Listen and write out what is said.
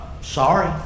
sorry